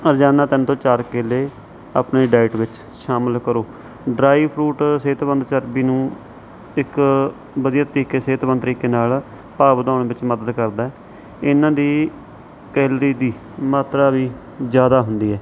ਰੋਜ਼ਾਨਾ ਤਿੰਨ ਤੋਂ ਚਾਰ ਕੇਲੇ ਆਪਣੀ ਡਾਈਟ ਵਿੱਚ ਸ਼ਾਮਲ ਕਰੋ ਡ੍ਰਾਈ ਫਰੂਟ ਸਿਹਤਮੰਦ ਚਰਬੀ ਨੂੰ ਇੱਕ ਵਧੀਆ ਤਰੀਕੇ ਸਿਹਤਮੰਦ ਤਰੀਕੇ ਨਾਲ ਭਾਰ ਵਧਾਉਣ ਵਿੱਚ ਮਦਦ ਕਰਦਾ ਹੈ ਇਨ੍ਹਾਂ ਦੀ ਕੈਲਰੀ ਦੀ ਮਾਤਰਾ ਵੀ ਜ਼ਿਆਦਾ ਹੁੰਦੀ ਹੈ